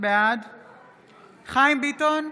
בעד חיים ביטון,